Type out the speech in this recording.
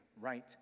right